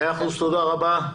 תודה רבה.